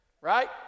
right